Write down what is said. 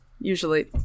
Usually